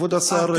כבוד השר,